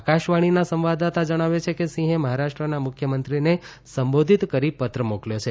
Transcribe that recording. આકાશવાણીના સંવાદદાતા જણાવે છે કે સિંહે મહારાષ્ટ્રના મુખ્યમંત્રીને સંબોધિત કરી પત્ર મોકલ્યો છે